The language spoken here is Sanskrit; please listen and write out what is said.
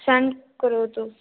सेण्ड् करोतु